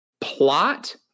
Plot